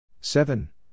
seven